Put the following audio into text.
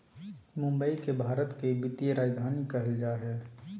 मुंबई के भारत के वित्तीय राजधानी कहल जा हइ